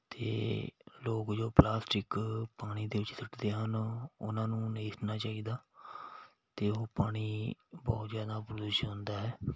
ਅਤੇ ਲੋਕ ਜੋ ਪਲਾਸਟਿਕ ਪਾਣੀ ਦੇ ਵਿੱਚ ਸੁੱਟਦੇ ਹਨ ਉਹਨਾਂ ਨੂੰ ਨਹੀਂ ਸੁੱਟਣਾ ਚਾਹੀਦਾ ਅਤੇ ਉਹ ਪਾਣੀ ਬਹੁਤ ਜ਼ਿਆਦਾ ਪ੍ਰਦੂਸ਼ਿਤ ਹੁੰਦਾ ਹੈ